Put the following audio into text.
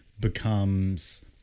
becomes